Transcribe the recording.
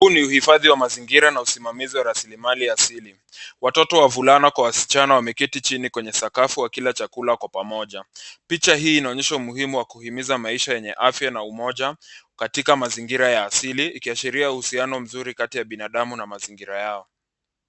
Huu ni uhifadhi wa mazingira na usimamizi wa rasilimali asili. Watoto wavulana kwa wasichana wameketi chini kwenye sakafu wakila chakula kwa pamoja. Picha hii inaonyesha umuhimu wa kuhimiza maisha yenye afya na umoja, katika mazingira ya asili ikiashiria uhusiano mzuri kati ya binadamu na mazingira yao.